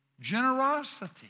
generosity